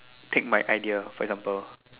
take my idea for example